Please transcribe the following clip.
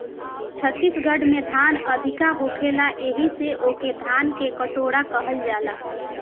छत्तीसगढ़ में धान अधिका होखेला एही से ओके धान के कटोरा कहल जाला